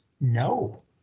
no